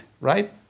right